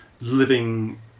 living